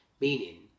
meaning